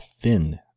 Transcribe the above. thin